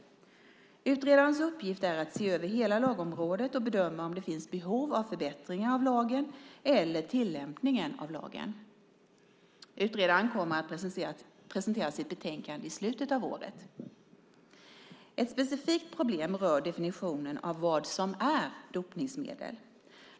Utredarens uppgift är att se över hela lagområdet och bedöma om det finns behov av förbättringar av lagen eller tillämpningen av lagen. Utredaren kommer att presentera sitt betänkande i slutet av året. Ett specifikt problem rör definitionen av vad som är dopningsmedel.